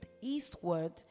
eastward